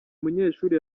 munyeshuri